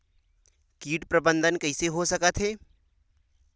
कीट प्रबंधन कइसे हो सकथे?